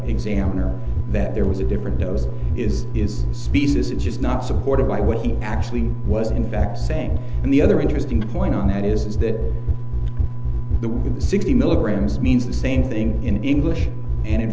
examiner that there was a difference of speed this is just not supported by what he actually was in fact saying and the other interesting point on that is that the sixty milligrams means the same thing in english and in